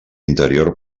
interior